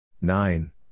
Nine